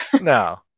No